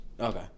Okay